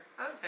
okay